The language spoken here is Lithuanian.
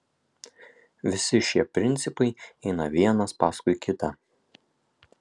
visi šie principai eina vienas paskui kitą